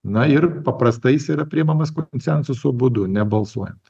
na ir paprastai jis yra priimamas konsensuso būdu nebalsuojant